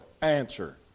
Answer